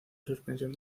suspensión